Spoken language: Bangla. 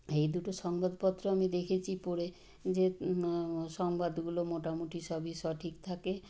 এই দুটো সংবাদপত্র আমি দেখেছি পড়ে যে না সংবাদগুলো মোটামোটি সবই সঠিক থাকে